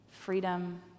freedom